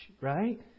Right